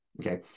Okay